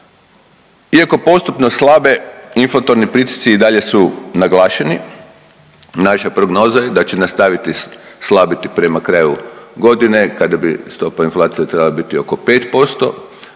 iako postupne slabe, inflatorni pritisci i dalje su naglašeni, naša prognoza je da će nastaviti slabiti prema kraju godine kada bi stopa inflacije trebala biti oko 5%,